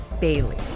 Bailey